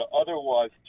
Otherwise